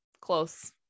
close